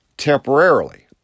temporarily